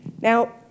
now